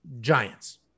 giants